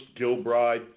Gilbride